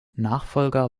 nachfolger